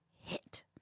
hit